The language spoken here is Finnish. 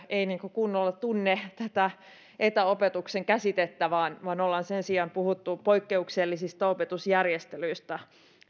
ei kunnolla tunne tätä etäopetuksen käsitettä vaan vaan on sen sijaan puhuttu poikkeuksellisista opetusjärjestelyistä